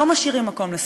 לא משאירים מקום לספק.